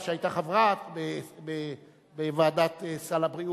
שהיתה חברה בוועדת סל הבריאות,